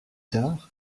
tard